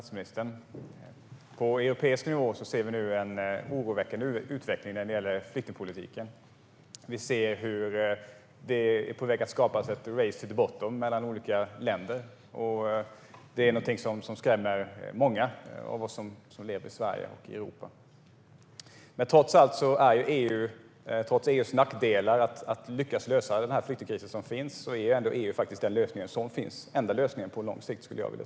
Herr talman! På europeisk nivå ser vi nu en oroväckande utveckling när det gäller flyktingpolitiken. Vi ser hur det är på väg att skapas ett race to the bottom mellan olika länder, och det är något som skrämmer många av oss som lever i Sverige och i Europa. Men trots EU:s brister när det gäller att lösa den flyktingkris som nu finns är EU faktiskt i sig den enda lösningen på lång sikt.